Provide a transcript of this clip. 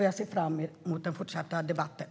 Jag ser fram emot den fortsatta debatten.